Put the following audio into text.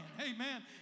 amen